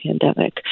pandemic